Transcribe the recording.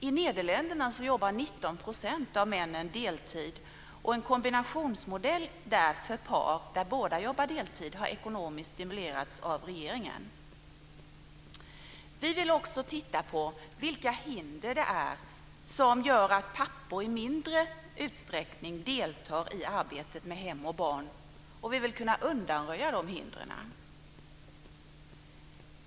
I Nederländerna jobbar 19 % av männen deltid och en kombinationsmodell för par där båda jobbar deltid har ekonomiskt stimulerats av regeringen. Vi vill titta på vilka hinder som gör att pappor i mindre utsträckning deltar i arbetet med hem och barn för att kunna undanröja de hindren.